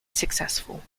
successful